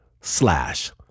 slash